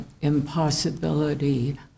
impossibility